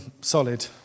solid